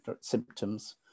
symptoms